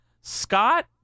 Scott